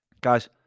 Guys